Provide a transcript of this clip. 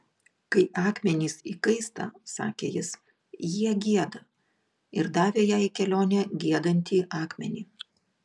kai akmenys įkaista sakė jis jie gieda ir davė jai į kelionę giedantį akmenį